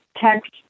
text